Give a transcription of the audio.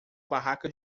barraca